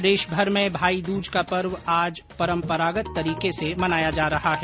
प्रदेशभर में भाईदूज का पर्व आज परम्परागत तरीके से मनाया जा रहा है